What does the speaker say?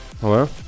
Hello